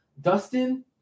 Dustin